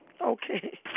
Okay